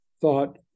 thought